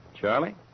Charlie